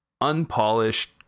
unpolished